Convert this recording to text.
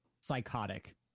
psychotic